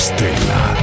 Stella